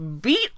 Beat